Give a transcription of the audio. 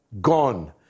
gone